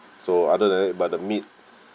so other than that but the meat